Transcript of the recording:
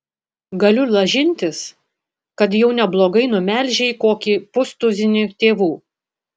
galiu lažintis kad jau neblogai numelžei kokį pustuzinį tėvų